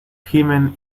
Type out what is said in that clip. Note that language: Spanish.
gimen